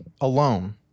alone